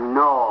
no